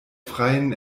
freien